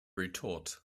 retort